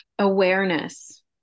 awareness